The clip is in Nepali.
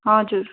हजुर